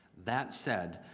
that said